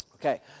Okay